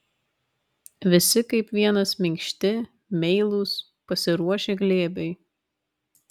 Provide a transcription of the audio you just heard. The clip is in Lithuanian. visi kaip vienas minkšti meilūs pasiruošę glėbiui